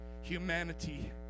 humanity